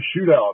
shootout